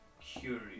curious